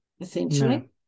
essentially